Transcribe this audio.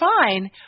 fine